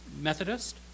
Methodist